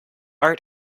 art